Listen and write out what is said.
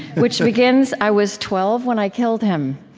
which begins, i was twelve when i killed him.